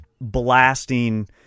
blasting